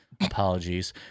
apologies